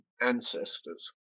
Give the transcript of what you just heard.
ancestors